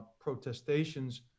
protestations